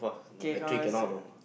K come let's